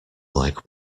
like